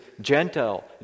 gentle